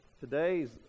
today's